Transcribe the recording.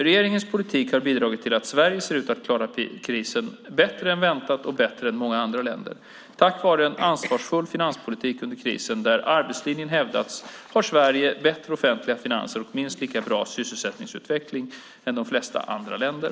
Regeringens politik har bidragit till att Sverige ser ut att klara krisen bättre än väntat och bättre än många andra länder. Tack vare en ansvarsfull finanspolitik under krisen där arbetslinjen hävdats har Sverige bättre offentliga finanser och minst lika bra sysselsättningsutveckling som de flesta andra länder.